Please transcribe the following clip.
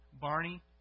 Barney